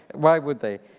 why would they?